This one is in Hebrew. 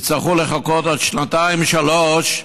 יצטרכו לחכות עוד שנתיים-שלוש,